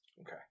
Okay